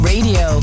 Radio